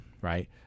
Right